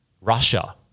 Russia